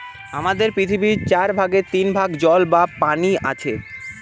আমাদের পৃথিবীর চার ভাগের তিন ভাগ জল বা পানি আছে